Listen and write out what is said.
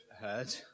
heard